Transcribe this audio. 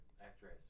Actress